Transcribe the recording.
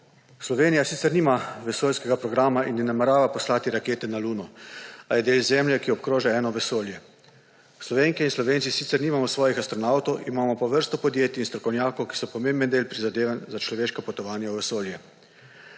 Slovenija sicer nima vesoljskega programa in ne namerava poslati rakete na Luno, a je del Zemlje, ki jo obkroža eno vesolje. Slovenke in Slovenci sicer nimamo svojih astronavtov, imamo pa vrsto podjetij in strokovnjakov, ki so pomemben del prizadevanj za človeška potovanja v vesolje.